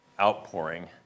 outpouring